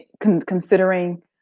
considering